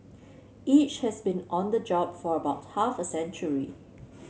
each has been on the job for about half a century